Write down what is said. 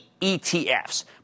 ETFs